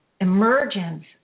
emergence